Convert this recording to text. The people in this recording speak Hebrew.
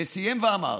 וסיים ואמר: